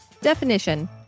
Definition